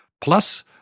Plus